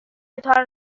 تان